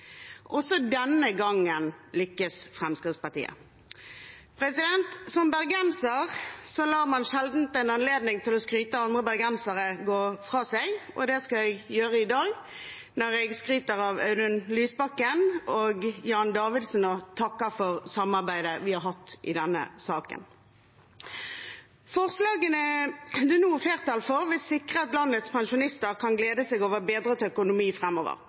Også denne gangen lykkes Fremskrittspartiet. Som bergenser lar man sjelden en anledning til å skryte av andre bergensere gå fra seg, så det skal jeg gjøre i dag når jeg skryter av Audun Lysbakken og Jan Davidsen og takker for samarbeidet vi har hatt i denne saken. Forslagene det nå er flertall for, vil sikre at landets pensjonister kan glede seg over bedret økonomi